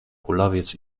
kulawiec